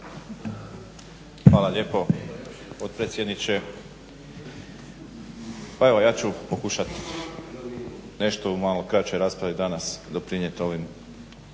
Hvala lijepo potpredsjedniče. Pa evo ja ću pokušat nešto u malo kraćoj raspravi danas doprinijet ovim